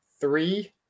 three